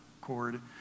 cord